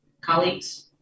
colleagues